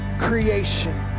creation